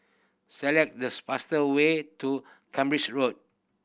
select this fastest way to Cambridge Road